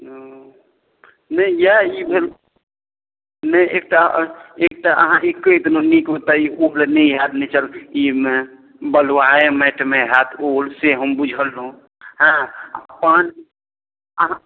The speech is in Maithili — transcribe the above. ओऽ नै यहए ई भेल नै एक टा एक टा अहाँ ई कैह देलौँ नीक एतऽ ई ओल नै हैत अइमे बलुआहे माइटमे हैत ओल से हम बुझलौँ हेँ आ पान अहाँ